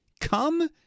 Come